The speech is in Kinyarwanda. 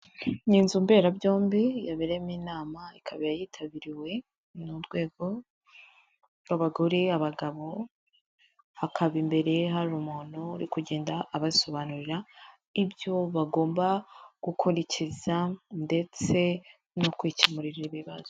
Ni inzu mberabyombi yabereyemo inama, ikaba yitabiriwe n'urwego rw'abagore, abagabo, hakaba imbere hari umuntu uri kugenda abasobanurira ibyo bagomba gukurikiza ndetse no kwikemurira ibibazo.